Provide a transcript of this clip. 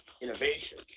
innovation